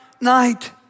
night